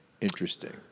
interesting